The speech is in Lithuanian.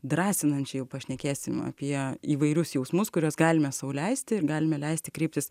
drąsinančiai jau pašnekėsim apie įvairius jausmus kuriuos galime sau leisti ir galime leisti kreiptis